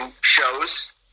shows